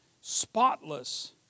spotless